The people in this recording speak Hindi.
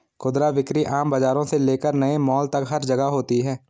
खुदरा बिक्री आम बाजारों से लेकर नए मॉल तक हर जगह होती है